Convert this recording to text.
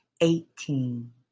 eighteen